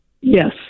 Yes